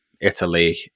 Italy